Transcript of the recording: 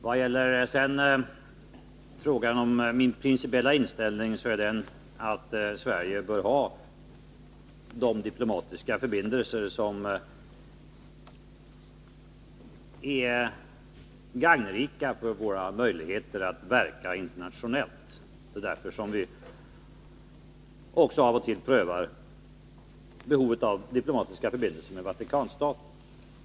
Vad beträffar frågan om min principiella inställning så är den, att Sverige bör ha de diplomatiska förbindelser som är gagneliga för våra möjligheter att verka internationellt. Det är därför som vi av och till prövar behovet av diplomatiska förbindelser med Vatikanstaten.